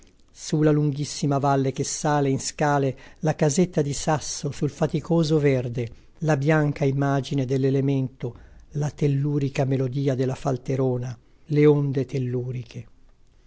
la lunghissima valle che sale in scale la casetta di sasso sul faticoso verde la bianca immagine dell'elemento la tellurica melodia della falterona le onde telluriche